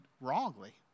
wrongly